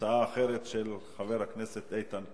הצעה אחרת של חבר הכנסת איתן כבל,